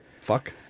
fuck